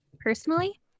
personally